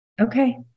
Okay